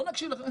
לא נקשיב לך?